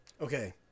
Okay